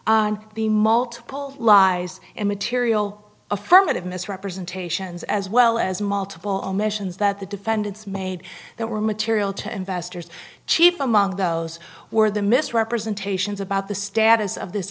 on the multiple lies immaterial affirmative misrepresentations as well as multiple omissions that the defendants made that were material to investors chief among those were the misrepresentations about the status of this